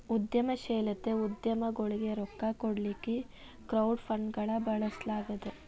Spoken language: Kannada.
ಉದ್ಯಮಶೇಲತೆ ಉದ್ಯಮಗೊಳಿಗೆ ರೊಕ್ಕಾ ಕೊಡ್ಲಿಕ್ಕೆ ಕ್ರೌಡ್ ಫಂಡ್ಗಳನ್ನ ಬಳಸ್ಲಾಗ್ತದ